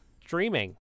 streaming